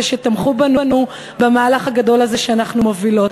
שתמכו בנו במהלך הגדול הזה שאנחנו מובילות.